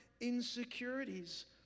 insecurities